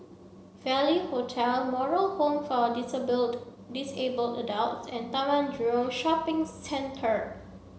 Value Hotel Moral Home for Dispute Disabled Adults and Taman Jurong Shopping Centre